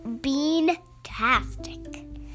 Bean-tastic